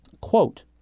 Quote